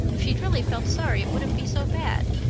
if she'd really felt sorry it wouldn't be so bad.